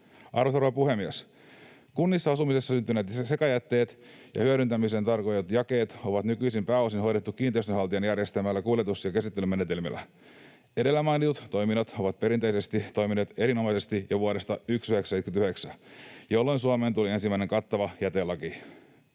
Arvoisa rouva puhemies! Kunnissa asumisessa syntyneet sekajätteet ja hyödyntämiseen tarkoitetut jakeet on nykyisin pääosin hoidettu kiinteistönhaltijan järjestämillä kuljetus- ja käsittelymenetelmillä. Edellä mainitut toiminnot ovat perinteisesti toimineet erinomaisesti jo vuodesta 1979, jolloin Suomeen tuli ensimmäinen kattava jätelaki.